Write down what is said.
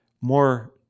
More